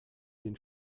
den